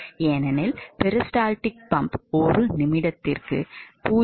ஏனெனில் peristaltic pump ஒரு நிமிடத்திற்கு 0